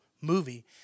movie